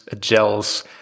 gels